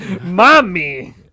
mommy